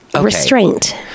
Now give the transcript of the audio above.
Restraint